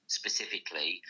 specifically